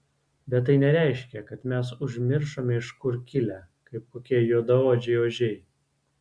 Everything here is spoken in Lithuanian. bet tai nereiškia kad mes užmiršome iš kur kilę kaip kokie juodaodžiai ožiai